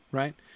right